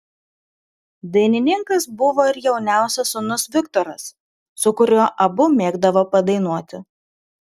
dainininkas buvo ir jauniausias sūnus viktoras su kuriuo abu mėgdavo padainuoti